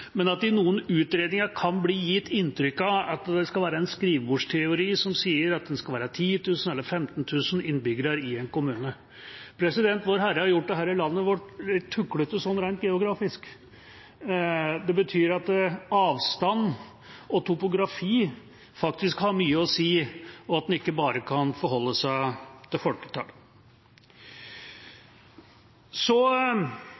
at det i noen utredninger kan bli gitt inntrykk av at det skal være en skrivebordsteori som sier at det skal være 10 000 eller 15 000 innbyggere i en kommune. Vårherre har gjort dette landet vårt tuklete sånn rent geografisk. Det betyr at avstand og topografi faktisk har mye å si, og at en ikke bare kan forholde seg til